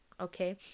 Okay